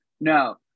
No